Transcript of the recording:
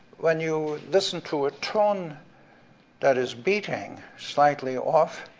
when you listen to a tone that is beating slightly off,